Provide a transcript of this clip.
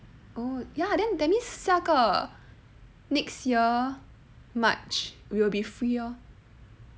oh ya then that means 下个 next year march you will be free lor